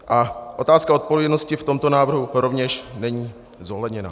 A otázka odpovědnosti v tomto návrhu rovněž není zohledněna.